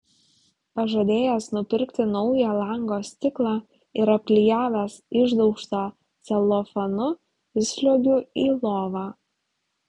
pažadėjęs nupirkti naują lango stiklą ir apklijavęs išdaužtą celofanu įsliuogiu į lovą